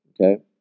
Okay